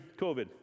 COVID